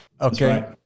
Okay